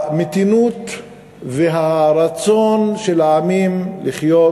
שהמתינות והרצון של העמים לחיות,